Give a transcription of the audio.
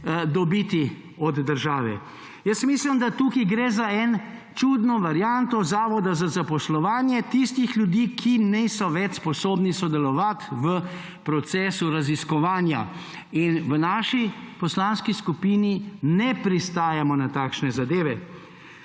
dobiti od države. Mislim, da tukaj gre za čudno varianto Zavoda za zaposlovanje, tistih ljudi, ki niso več sposobni sodelovati v procesu raziskovanja in v naši poslanski skupini ne pristajamo na takšne zadeve.